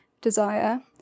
desire